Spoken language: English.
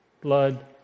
blood